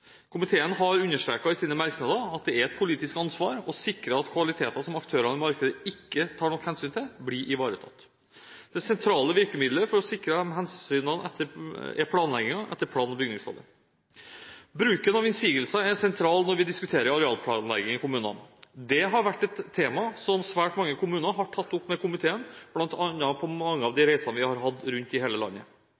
Komiteen har understreket i sine merknader at det er et politisk ansvar å sikre at kvaliteter som aktørene i markedet ikke tar nok hensyn til, blir ivaretatt. Det sentrale virkemiddelet for å sikre disse hensynene er planleggingen etter plan- og bygningsloven. Bruken av innsigelser er sentral når vi diskuterer arealplanlegging i kommunene. Det har vært et tema som svært mange kommuner har tatt opp med komiteen, bl.a. på de mange